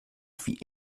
wie